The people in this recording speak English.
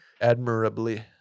Admirably